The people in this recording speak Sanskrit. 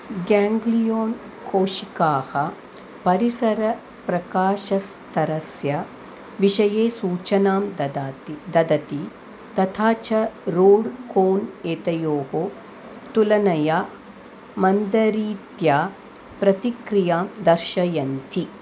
गेङ्ग्लियोन् कोशिकाः परिसरप्रकाशस्तरस्य विषये सूचनां ददाति ददति तथा च रोड् कोन् एतयोः तुलनया मन्दरीत्या प्रतिक्रियां दर्शयन्ति